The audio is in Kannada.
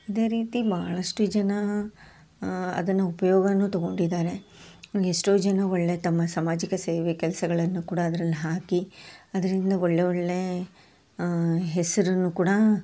ಅದೇ ರೀತಿ ಬಹಳಷ್ಟು ಜನ ಅದನ್ನು ಉಪಯೋಗನೂ ತೊಗೊಂಡಿದ್ದಾರೆ ಎಷ್ಟೋ ಜನ ಒಳ್ಳೆಯ ತಮ್ಮ ಸಾಮಾಜಿಕ ಸೇವೆ ಕೆಲಸಗಳನ್ನು ಕೂಡ ಅದರಲ್ಲಿ ಹಾಕಿ ಅದರಿಂದ ಒಳ್ಳೆಯ ಒಳ್ಳೆಯ ಹೆಸರನ್ನು ಕೂಡ